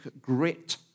grit